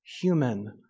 human